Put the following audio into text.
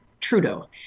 Trudeau